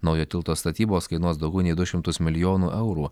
naujo tilto statybos kainuos daugiau nei du šimtus milijonų eurų